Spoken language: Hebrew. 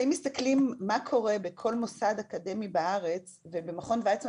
אם מסתכלים על מה קורה בכל מוסד אקדמי בארץ ובמכון וייצמן